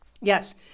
Yes